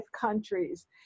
countries